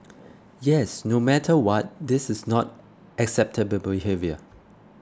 yes no matter what this is not acceptable behaviour